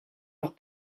leurs